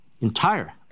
entire